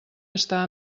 està